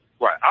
Right